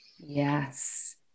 Yes